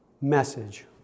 message